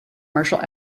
marshall